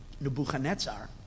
Nebuchadnezzar